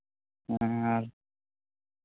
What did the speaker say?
ᱦᱮᱸ ᱟᱨ